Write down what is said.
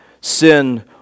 sin